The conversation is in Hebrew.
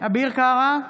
אביר קארה,